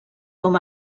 com